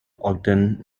ogden